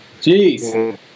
Jeez